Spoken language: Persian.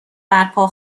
برپا